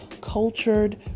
Cultured